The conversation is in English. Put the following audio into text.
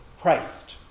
Christ